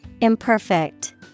Imperfect